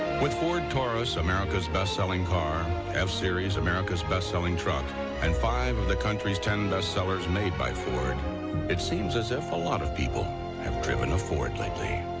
with ford taurus, america's best-selng car um f-series, america's best-selling truck and five of the country's ten bestellers made by ford it seems as if a lot of people have driven a ford lately.